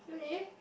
really